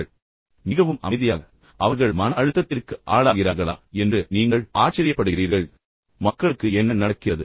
மிகவும் நிதானமாக மிகவும் அமைதியாக மிகவும் சாந்தமாக பின்னர் அவர்கள் மன அழுத்தத்திற்கு ஆளாகிறார்களா என்று நீங்கள் ஆச்சரியப்படுகிறீர்கள் இந்த மக்களுக்கு என்ன நடக்கிறது